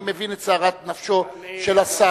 אני מבין את סערת נפשו של השר,